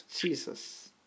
Jesus